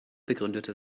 begründete